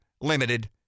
limited